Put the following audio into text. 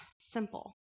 simple